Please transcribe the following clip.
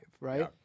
right